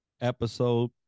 episode